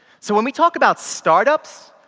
so when we talk about start-ups,